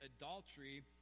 adultery